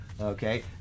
Okay